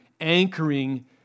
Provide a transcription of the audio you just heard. anchoring